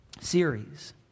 series